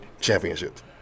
championships